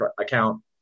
account